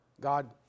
God